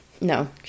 No